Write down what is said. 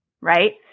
right